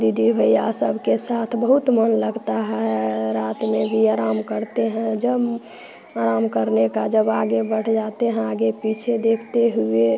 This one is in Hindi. दीदी भैया सबके साथ बहुत मन लगता है रात में भी आराम करते हैं जब आराम करने का जब आगे बढ़ जाते हैं आगे पीछे देखते हुए